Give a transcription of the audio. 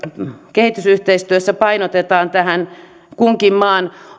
kehitysyhteistyössä painotetaan kunkin maan